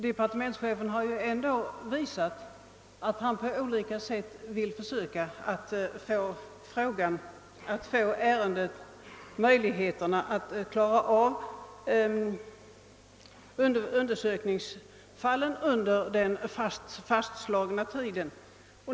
Departementschefen har ju visat att han på olika sätt vill försöka skapa möjligheter att klara av undersökningsfallen under den fastställda tiden.